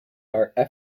are